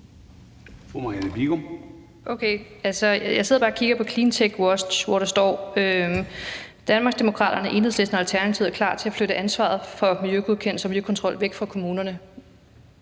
Jeg sidder bare og kigger på CleantechWatch, hvor der står: Danmarksdemokraterne, Enhedslisten og Alternativet er klar til at flytte ansvaret for miljøgodkendelser og miljøkontrol væk fra kommunerne.